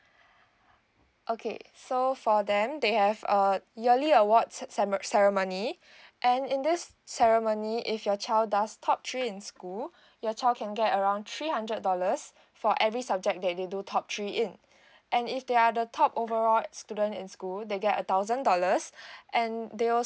okay so for them they have uh yearly awards ce~ ceremony and in this ceremony if your child does top three in school your child can get around three hundred dollars for every subject that they do top three in and if they are the top overall student in school they get a thousand dollars and they also